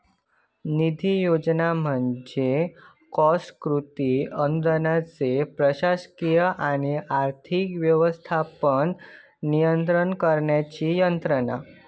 निधी योजना म्हणजे कॉस्ट कृती अनुदानाचो प्रशासकीय आणि आर्थिक व्यवस्थापन नियंत्रित करणारी यंत्रणा